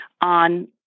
on